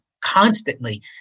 constantly